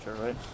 right